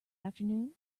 afternoon